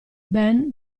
ben